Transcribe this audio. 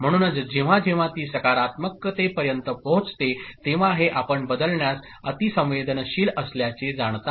म्हणूनच जेव्हा जेव्हा ती सकारात्मकतेपर्यंत पोहोचते तेव्हा हे आपण बदलण्यास अतिसंवेदनशील असल्याचे जाणता